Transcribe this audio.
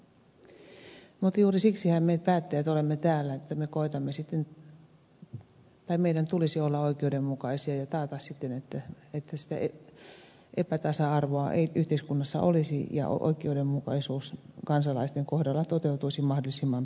mutta juuri siksihän me päättäjät olemme täällä että meidän tulisi olla oikeudenmukaisia ja taata että sitä epätasa arvoa ei yhteiskunnassa olisi ja oikeudenmukaisuus kansalaisten kohdalla toteutuisi mahdollisimman pitkälle